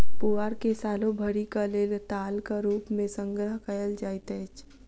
पुआर के सालो भरिक लेल टालक रूप मे संग्रह कयल जाइत अछि